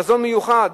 מזון מיוחד,